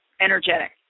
energetic